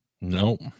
Nope